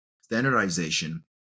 standardization